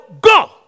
go